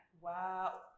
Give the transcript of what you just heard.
Wow